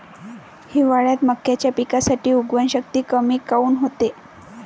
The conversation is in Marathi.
हिवाळ्यात मक्याच्या पिकाची उगवन शक्ती कमी काऊन होते?